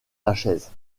lachaise